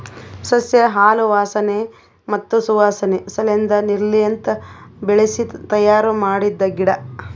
ಸಸ್ಯ ಹಾಲು ವಾಸನೆ ಮತ್ತ್ ಸುವಾಸನೆ ಸಲೆಂದ್ ನೀರ್ಲಿಂತ ಬೆಳಿಸಿ ತಯ್ಯಾರ ಮಾಡಿದ್ದ ಗಿಡ